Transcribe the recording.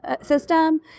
system